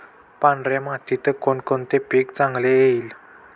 पांढऱ्या मातीत कोणकोणते पीक चांगले येईल?